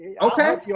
Okay